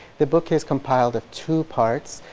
the book is compiled of two parts,